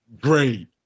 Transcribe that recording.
great